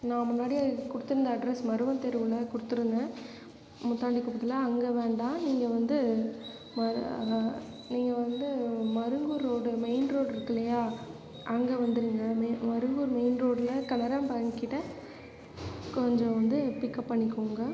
நான் முன்னாடியே கொடுத்துருந்த அட்ரஸ் மருவன் தெருவில் கொடுத்துருந்தேன் முத்தாண்டிக் குப்பத்தில் அங்கே வேண்டாம் நீங்கள் வந்து நீங்கள் வந்து மருங்கூர் ரோடு மெயின் ரோடு இருக்குது இல்லையா அங்கே வந்துடுங்க மெ மருங்கூர் மெயின் ரோடில் கனரா பேங்க்கிட்ட கொஞ்சம் வந்து பிக்கப் பண்ணிக்கோங்க